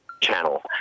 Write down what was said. channel